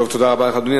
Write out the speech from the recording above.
תודה רבה לך, אדוני.